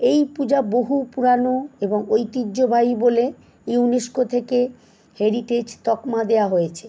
এই পূজা বহু পুরনো এবং ঐতিহ্যবাহী বলে ইউনেস্কো থেকে হেরিটেজ তকমা দেওয়া হয়েছে